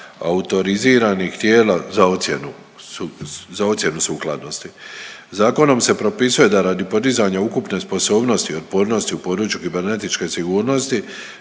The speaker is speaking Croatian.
autoriziranih tijela za ocjenu sukladnosti. Zakonom se propisuje da radi podizanja ukupne sposobnosti i otpornosti u području kibernetičke sigurnosti,